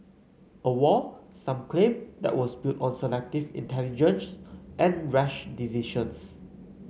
a war some claim that was built on selective intelligence and rash decisions